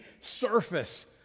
surface